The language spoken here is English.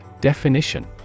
Definition